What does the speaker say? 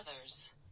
others